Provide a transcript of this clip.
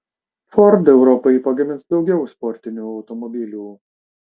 ford europai pagamins daugiau sportinių automobilių